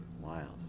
Wild